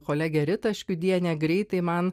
kolegė rita škiudienė greitai man